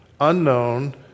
unknown